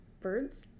Birds